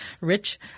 rich